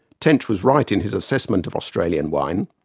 tench was right in his assessment of australian wine,